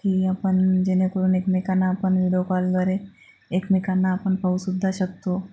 की आपण जेणेकरून एकमेकांना आपण निरोपालद्वारे एकमेकांना आपण पाहूसुद्धा शकतो